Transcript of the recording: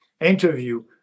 interview